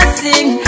sing